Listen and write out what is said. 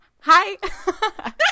Hi